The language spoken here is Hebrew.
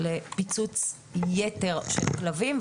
לפיצוץ יתר של כלבים.